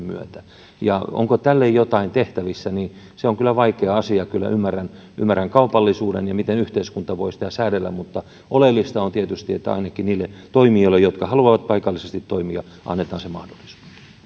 myötä onko tälle jotain tehtävissä se on kyllä vaikea asia ymmärrän kyllä kaupallisuuden ja sen miten yhteiskunta voi sitä säädellä mutta oleellista on tietysti että ainakin niille toimijoille jotka haluavat paikallisesti toimia annetaan se mahdollisuus